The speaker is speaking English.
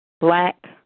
black